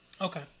Okay